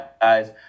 guys